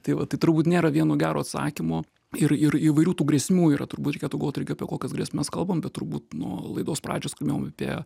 tai va tai turbūt nėra vieno gero atsakymo ir ir įvairių tų grėsmių yra turbūt reikėtų galvot irgi apie kokias grėsmes kalbam bet turbūt nuo laidos pradžios kalbėjom apie